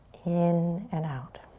in and out.